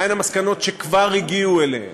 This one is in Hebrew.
מהן המסקנות שכבר הגיעו אליהן,